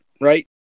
right